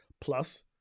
plus